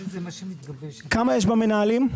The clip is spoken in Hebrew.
כמה יש במנהלים?